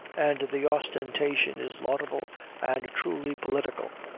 and the ostentation is laudable and truly political.